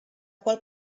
qual